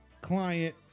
client